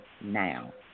now